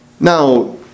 Now